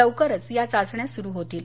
लवकरच या चाचण्या सुरू होतील